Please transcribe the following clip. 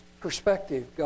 perspective